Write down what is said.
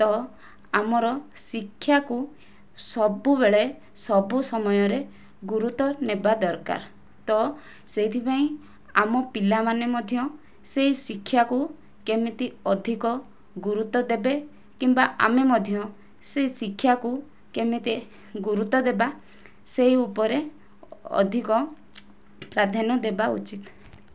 ତ ଆମର ଶିକ୍ଷାକୁ ସବୁବେଳେ ସବୁ ସମୟରେ ଗୁରୁତ୍ୱ ନେବା ଦରକାର ତ ସେଇଥିପାଇଁ ଆମ ପିଲାମାନେ ମଧ୍ୟ ସେହି ଶିକ୍ଷାକୁ କେମିତି ଅଧିକ ଗୁରୁତ୍ୱ ଦେବେ କିମ୍ବା ଆମେ ମଧ୍ୟ ସେଇ ଶିକ୍ଷାକୁ କେମିତି ଗୁରୁତ୍ୱ ଦେବା ସେହି ଉପରେ ଅଧିକ ପ୍ରାଧାନ୍ୟ ଦେବା ଉଚିତ୍